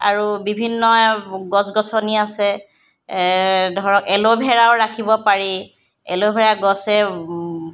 আৰু বিভিন্ন গছ গছনি আছে ধৰক এল'ভেৰাও ৰাখিব পাৰি এল'ভেৰা গছে